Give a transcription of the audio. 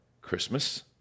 Christmas